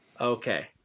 okay